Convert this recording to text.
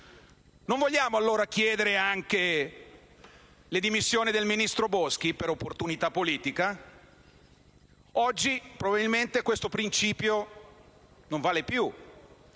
Non vogliamo allora chiedere anche le dimissioni del ministro Boschi per opportunità politica? Oggi probabilmente questo principio non vale più.